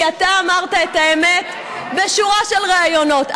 כי אתה אמרת את האמת בשורה של ראיונות,